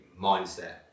mindset